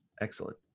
excellent